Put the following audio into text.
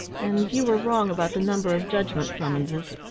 and you were wrong about the number of judgment summonses,